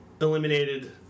eliminated